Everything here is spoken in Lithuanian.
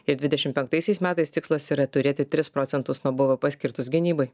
ir dvidešimt penktaisiais metais tikslas yra turėti tris procentus nuo bvp skirtus gynybai